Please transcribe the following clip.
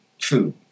food